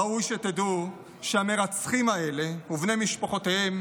ראוי שתדעו שהמרצחים האלה ובני משפחותיהם